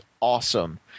awesome